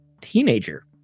teenager